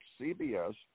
CBS